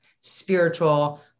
spiritual